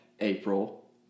April